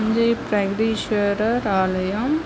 தஞ்சை பிரகதீஸ்வரர் ஆலயம்